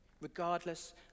regardless